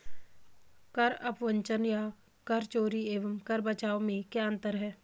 कर अपवंचन या कर चोरी एवं कर बचाव में क्या अंतर है?